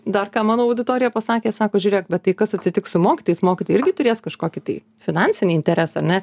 dar ką mano auditorija pasakė sako žiūrėk bet tai kas atsitiks su mokytojais mokytojai irgi turės kažkokį tai finansinį interesą ne